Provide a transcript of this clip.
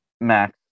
Max